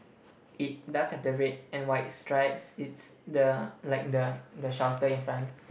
it does have the red and white stripes it's the like the the shelter in front